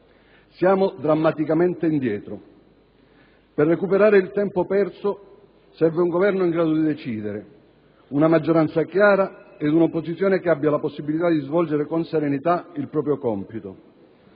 Siamo drammaticamente indietro. Per recuperare il tempo perso servono un Governo in grado di decidere, una maggioranza chiara e un'opposizione che abbia la possibilità di svolgere con serenità il proprio compito.